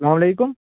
علیکُم